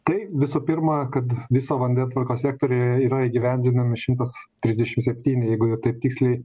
tai visų pirma kad viso vandentvarkos sektoriuje yra įgyvendinami šimtas trisdešim septyni jeigu jau taip tiksliai